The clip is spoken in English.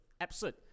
Absurd